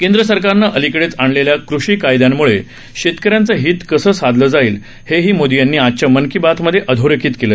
केंद्र सरकारनं अलिकडेच आणलेल्या कृषी कायद्यांमुळे शेतकऱ्यांचं हीत कसं साधलं जाईल हे ही मोदी यांनी आजच्या मन की बातमधे अधोरेखित केलं